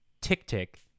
Tick-Tick